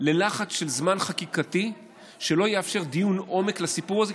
ללחץ זמן חקיקתי שלא יאפשר דיון עומק בסיפור הזה,